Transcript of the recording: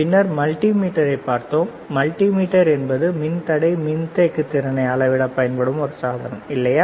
பின்னர் மல்டிமீட்டரைப் பார்த்தோம் மல்டிமீட்டர் என்பது மின்தடையை மின்தேக்க திறனை அளவிட பயன்படும் ஒரு சாதனம் இல்லையா